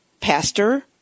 pastor